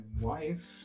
wife